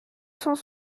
cent